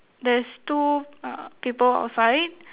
there's two uh people outside